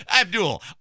abdul